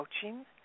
coaching